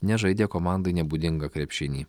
nes žaidė komandai nebūdingą krepšinį